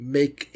make